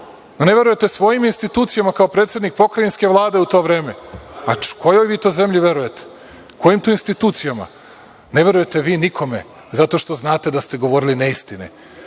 Ne verujete svojim institucijama kao predsednik Pokrajinske Vlade u to vreme. Kojoj vi to zemlji verujete, kojim to institucijama? Ne verujete vi nikome, zato što znate da ste govorili neistine,